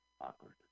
Awkward